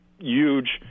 huge